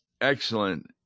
excellent